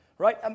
Right